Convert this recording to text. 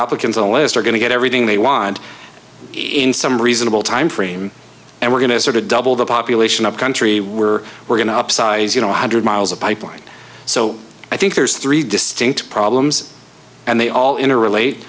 applicants a list are going to get everything they want in some reasonable time frame and we're going to sort of double the population of country we're we're going to upsize you know one hundred miles of pipeline so i think there's three distinct problems and they all interrelate